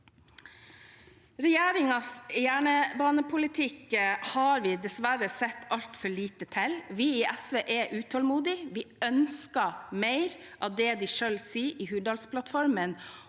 Regjeringens jernbanepolitikk har vi dessverre sett altfor lite til. Vi i SV er utålmodige. Vi ønsker mer av det de selv skriver i Hurdalsplattformen.